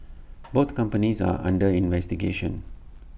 both companies are under investigation